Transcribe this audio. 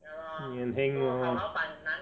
你很 heng lor